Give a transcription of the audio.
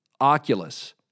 Oculus